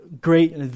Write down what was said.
great